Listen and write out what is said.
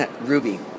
ruby